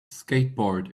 skateboard